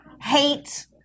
hate